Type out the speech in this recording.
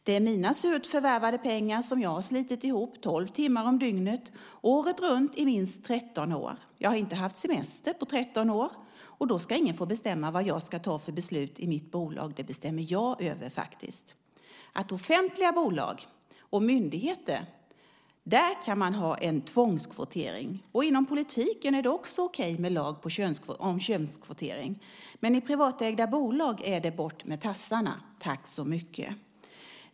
Det är mina surt förvärvade pengar som jag har slitit ihop tolv timmar om dygnet året runt i minst 13 år. Jag har inte haft semester på 13 år. Då ska ingen få bestämma vad jag ska fatta för beslut i mitt bolag. Det bestämmer faktiskt jag över. I fråga om offentliga bolag och myndigheter kan man ha en tvångskvotering. Inom politiken är det också okej med lag om könskvotering. Men i privatägda bolag är det bort med tassarna, tack så mycket!